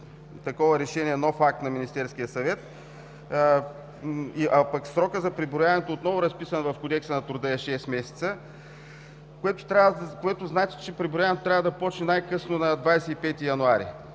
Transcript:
такова решение, нов акт на Министерския съвет. Срокът за преброяването, отново разписан в Кодекса на труда, е шест месеца, което значи, че преброяването трябва да започне най-късно на 25 януари.